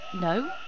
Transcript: no